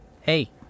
Hey